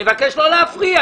אני מבקש לא להפריע.